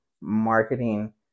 marketing